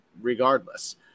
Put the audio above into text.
regardless